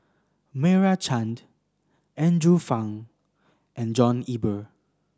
Meira Chand Andrew Phang and John Eber